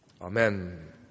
Amen